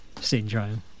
syndrome